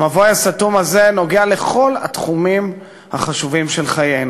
המבוי הסתום הזה נוגע בכל התחומים החשובים של חיינו.